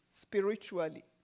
spiritually